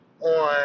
on